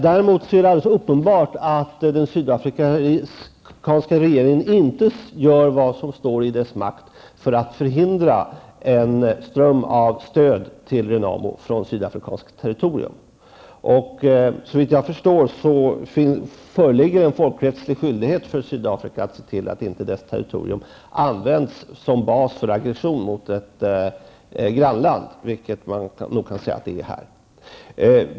Däremot är det uppenbart att den sydafrikanska regeringen inte gör vad som står i dess makt för att förhindra en ström av stöd till Renamo från sydafrikanskt territorium. Såvitt jag förstår föreligger det en folkrättslig skyldighet för Sydafrika att se till att inte dess territorium används som bas för aggression mot ett grannland, vilket man nog kan säga här är fallet.